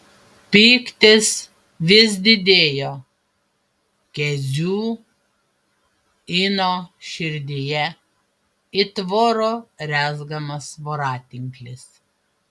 pyktis vis didėjo kezių ino širdyje it voro rezgamas voratinklis